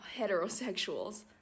heterosexuals